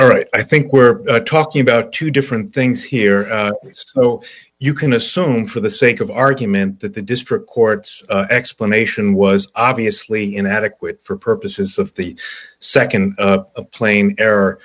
or i think we're talking about two different things here so you can assume for the sake of argument that the district court's explanation was obviously inadequate for purposes of the nd plane error